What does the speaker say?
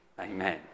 Amen